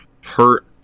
hurt